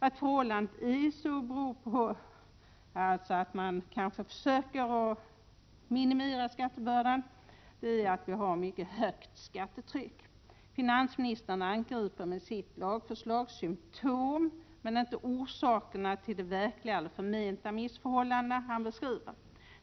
Att förhållandet är sådant beror på att människor kanske försöker att minimera skattebördan, i och med att vi har ett mycket högt skattetryck. Finansministern angriper med sitt lagförslag symtomen men inte orsakerna till de verkliga eller förmenta missförhållanden som han beskriver.